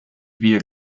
wir